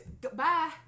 Goodbye